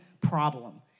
problem